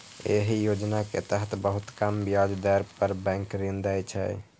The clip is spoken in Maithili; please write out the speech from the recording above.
एहि योजना के तहत बहुत कम ब्याज दर पर बैंक ऋण दै छै